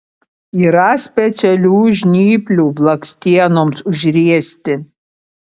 yra specialių žnyplių blakstienoms užriesti